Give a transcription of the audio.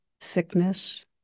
sickness